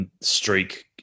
streak